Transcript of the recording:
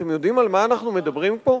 אתם יודעים על מה אנחנו מדברים פה?